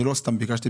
אני לא סתם ביקשתי,